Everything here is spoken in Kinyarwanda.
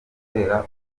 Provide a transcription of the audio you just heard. gutera